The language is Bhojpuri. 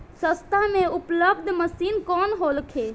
सस्ता में उपलब्ध मशीन कौन होखे?